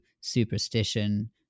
superstition